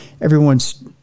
everyone's